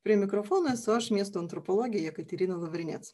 prie mikrofono esu aš miesto antropologė jekaterina lavrinec